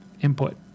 input